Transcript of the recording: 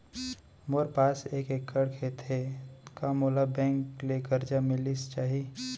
मोर पास एक एक्कड़ खेती हे का मोला बैंक ले करजा मिलिस जाही?